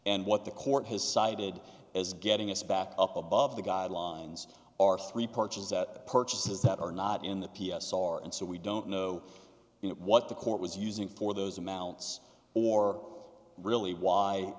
and what the court has cited as getting us back up above the guidelines are three parties that purchases that are not in the p s r and so we don't know what the court was using for those amounts or really why